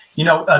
you know, ah